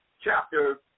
chapter